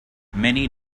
many